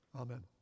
Amen